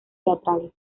teatrales